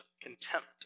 contempt